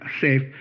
safe